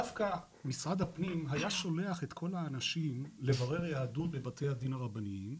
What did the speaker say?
דווקא משרד הפנים היה שולח את כל האנשים לברר יהדות בבתי הדין הרבניים,